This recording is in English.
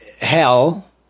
hell